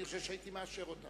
אני חושב שהייתי מאשר אותה.